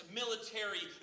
military